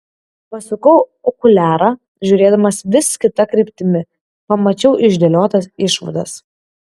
pasukau okuliarą žiūrėdamas vis kita kryptimi pamačiau išdėliotas išvadas